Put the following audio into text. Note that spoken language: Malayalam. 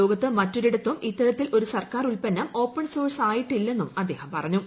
ലോകത്ത് മറ്റൊരിടത്തും ഇത്തരത്തിൽ ഒരു സർക്കാർ ഉത്പന്ന ഓപ്പൺ സോഴ്സ് ആയിട്ടില്ലെന്നും അദ്ദേഹം പറഞ്ഞു